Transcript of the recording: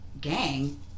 Gang